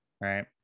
Right